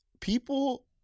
People